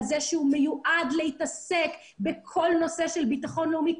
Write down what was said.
זה שהוא מיועד להתעסק בכל נושא של ביטחון לאומי,